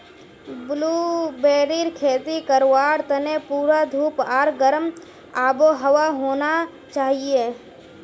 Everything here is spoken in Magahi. ब्लूबेरीर खेती करवार तने पूरा धूप आर गर्म आबोहवा होना चाहिए